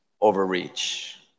overreach